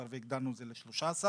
זה בדרך כלל סוג של תסקיר.